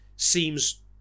seems